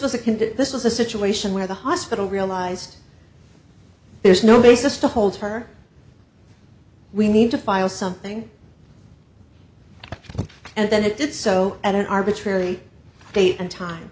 condition this was a situation where the hospital realized there's no basis to hold her we need to file something and then it did so at an arbitrary date and time